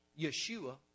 Yeshua